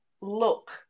look